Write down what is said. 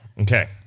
Okay